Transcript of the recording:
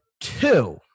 two